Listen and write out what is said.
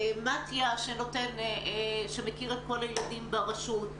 מתי"א שמכיר את כל הילדים ברשות.